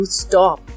stop